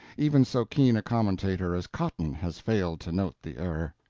even so keen a commentator as cotton has failed to note the error.